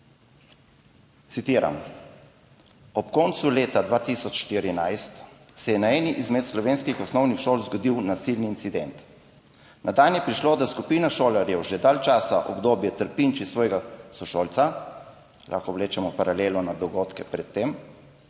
Citiram: »Ob koncu leta 2014 se je na eni izmed slovenskih osnovnih šol zgodil nasilni incident. Na dan je prišlo, da skupina šolarjev že daljše obdobje trpinči svojega sošolca,« lahko vlečemo paralelo na dogodke pred tem,